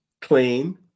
clean